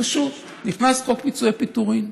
פשוט, נכנס חוק פיצויי פיטורים.